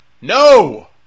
No